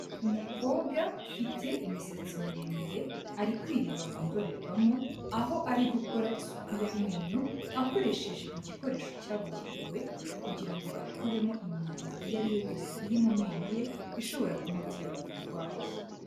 Umukobwa ufite imisatsi miremire, ari kwireba mu ndorerwamo, aho ari gukora isuku y'amenyo, akoresheje igikoresho cyabugenewe, kugira ngo akuremo imyanda iyo ari yo yose iri mu menyo ye ishobora kumutera uburwayi.